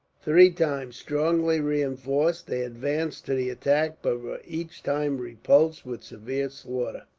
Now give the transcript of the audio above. three times, strongly reinforced, they advanced to the attack but were each time repulsed, with severe slaughter.